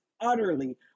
utterly